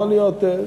לא להיות,